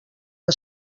que